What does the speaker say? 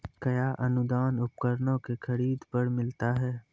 कया अनुदान उपकरणों के खरीद पर मिलता है?